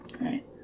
Right